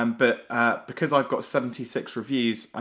um but because i've got seventy six reviews,